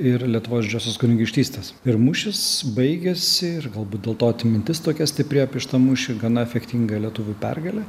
ir lietuvos didžiosios kunigaikštystės ir mūšis baigėsi ir galbūt dėl to atmintis tokia stipri apie šitą mūšį gana efektinga lietuvių pergale